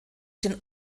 den